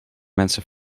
mensen